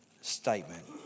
statement